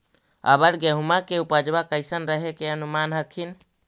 अबर गेहुमा के उपजबा कैसन रहे के अनुमान हखिन?